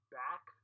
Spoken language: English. back